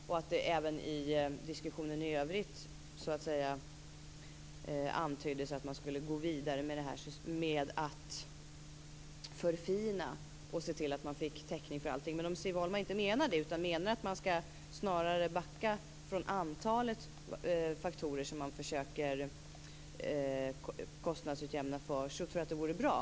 Det antyddes också i diskussionen i övrigt att man skulle gå vidare med att förfina och se till att få täckning för allting. Om Siv Holma inte menar det utan menar att man snarare skall minska antalet faktorer som man försöker kostnadsutjämna för tror jag att det vore bra.